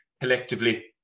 collectively